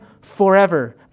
forever